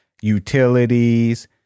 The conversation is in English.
utilities